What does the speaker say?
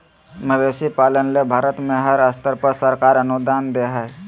मवेशी पालन ले भारत में हर स्तर पर सरकार अनुदान दे हई